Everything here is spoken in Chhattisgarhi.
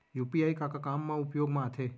यू.पी.आई का का काम मा उपयोग मा आथे?